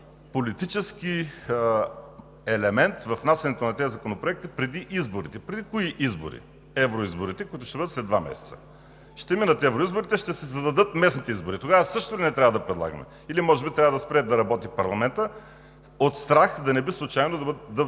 политически елемент във внасянето на законопроектите преди изборите. Преди кои избори? Евроизборите, които ще бъдат след два месеца. Ще минат евроизборите, ще се зададат местните избори. Тогава също ли не трябва да предлагаме или може би трябва да спре да работи парламентът от страх да не би случайно да